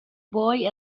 boy